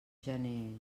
gener